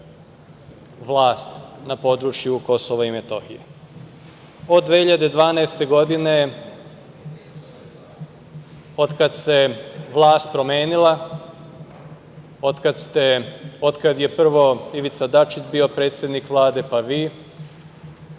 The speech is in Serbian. vlast na području Kosova i Metohije. Od 2012. godine, od kada se vlast promenila, od kada je, prvo, Ivica Dačić bio predsednik Vlade pa vi,